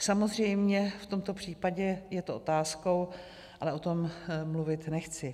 Samozřejmě v tomto případě je to otázkou, ale o tom mluvit nechci.